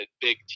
big